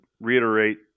reiterate